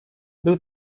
był